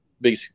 big